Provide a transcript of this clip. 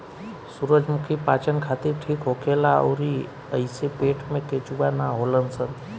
सूरजमुखी पाचन खातिर ठीक होखेला अउरी एइसे पेट में केचुआ ना होलन सन